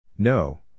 No